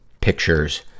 pictures